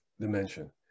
dimension